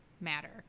matter